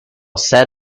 set